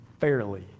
fairly